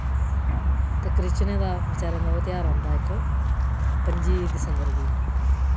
ते क्रिसचनें दा बेचारें दा ओह् तेहार आंदा इक पंजी दिसंबर गी